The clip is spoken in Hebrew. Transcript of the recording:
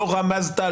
לא רמזת,